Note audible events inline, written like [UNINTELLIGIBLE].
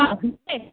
[UNINTELLIGIBLE]